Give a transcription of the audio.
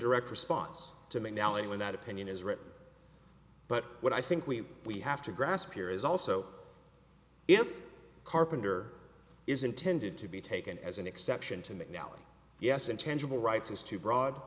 direct response to mcnally when that opinion is written but what i think we we have to grasp here is also if carpenter is intended to be taken as an exception to mcnally yes intangible rights is too broad